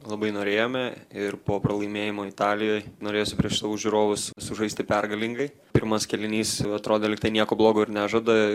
labai norėjome ir po pralaimėjimo italijoj norėjosi prieš savo žiūrovus sužaisti pergalingai pirmas kėlinys atrodė lyg tai nieko blogo nežada